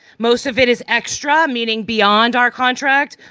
most of it is extra meaning beyond our contract,